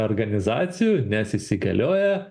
organizacijų nes įsigalioja